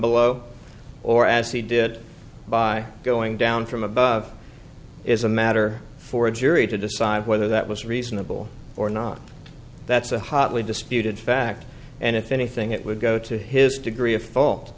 below or as he did by going down from above is a matter for a jury to decide whether that was reasonable or not that's a hotly disputed fact and if anything it would go to his degree of fault